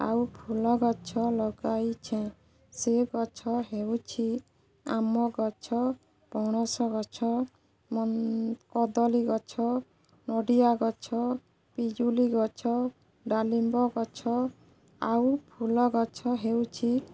ଆଉ ଫୁଲ ଗଛ ଲଗାଇଛେଁ ସେ ଗଛ ହେଉଛି ଆମ୍ବ ଗଛ ପଣସ ଗଛ କଦଳୀ ଗଛ ନଡ଼ିଆ ଗଛ ପିଜୁଳି ଗଛ ଡାଲିମ୍ବ ଗଛ ଆଉ ଫୁଲ ଗଛ ହେଉଛି